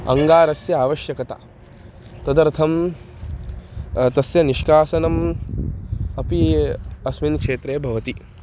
अङ्गारस्य आवश्यकता तदर्थं तस्य निष्कासनम् अपि अस्मिन् क्षेत्रे भवति